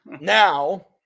now